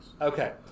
Okay